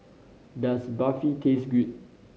does Barfi taste good